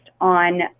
on